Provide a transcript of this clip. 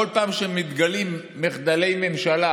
בכל פעם שמתגלים מחדלי ממשלה,